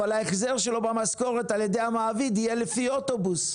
אבל ההחזר שלו במשכורת על ידי המעביד יהיה לפי אוטובוס,